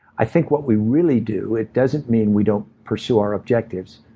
i think what we really do, it doesn't mean we don't pursue our objectives,